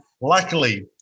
luckily